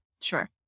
Sure